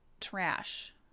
trash